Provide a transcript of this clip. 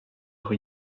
rue